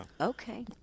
Okay